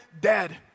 dead